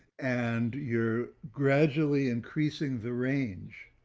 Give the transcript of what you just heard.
and you're gradually increasing the range